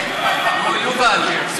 מרמה והפרת אמונים),